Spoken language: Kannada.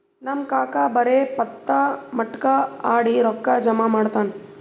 ನಮ್ ಕಾಕಾ ಬರೇ ಪತ್ತಾ, ಮಟ್ಕಾ ಆಡಿ ರೊಕ್ಕಾ ಜಮಾ ಮಾಡ್ತಾನ